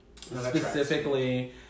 specifically